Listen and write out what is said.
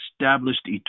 established